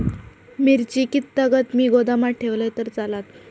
मिरची कीततागत मी गोदामात ठेवलंय तर चालात?